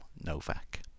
Novak